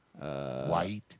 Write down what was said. White